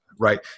right